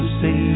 say